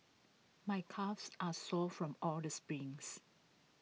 my calves are sore from all the sprints